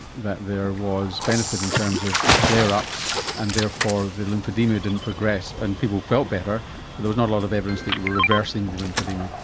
that there was benefit in terms of the flare-ups and therefore the lymphoedema didn't progress, and people felt better, though but there's not a lot of evidence that you were reversing the lymphoedema.